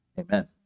Amen